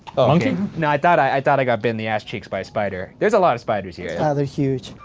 monkey? nah, i thought i thought i got bit in the ass cheeks by a spider. there's a lot of spiders here. ah, they're huge.